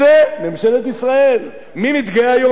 מי מתגאה היום במתקני השהייה שהוא בונה?